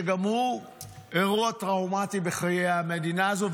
שגם הוא אירוע טראומטי בחיי המדינה הזו,